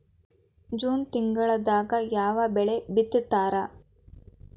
June ತಿಂಗಳದಾಗ ಯಾವ ಬೆಳಿ ಬಿತ್ತತಾರ?